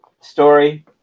story